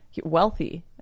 wealthy